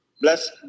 bless